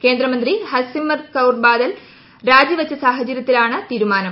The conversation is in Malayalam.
കേന്ദ്രമന്ത്രി ഹർസിമ്രത് കൌർ ബാദൽ രാജിവച്ച സാഹചര്യത്തിലാണ് തീരുമാനം